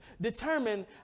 determine